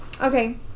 Okay